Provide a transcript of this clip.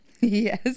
Yes